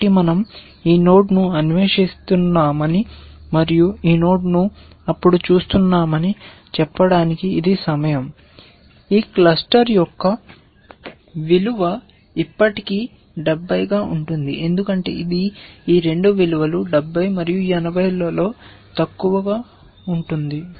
కాబట్టి మన০ ఈ నోడ్ను అన్వేషిస్తున్నామని మరియు ఈ నోడ్ను అప్పుడు చూస్తున్నామని చెప్పడానికి ఇది సమానం ఈ క్లస్టర్ యొక్క విలువ ఇప్పటికీ 70 గా ఉంటుంది ఎందుకంటే ఇది ఈ రెండు విలువలు 70 మరియు 80 లలో తక్కువ గా ఉంటుంది